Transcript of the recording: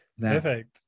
perfect